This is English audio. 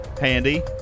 Handy